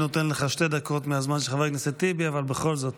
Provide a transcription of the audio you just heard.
שתי דקות מהזמן של חבר הכנסת טיבי, אבל בכל זאת,